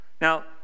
Now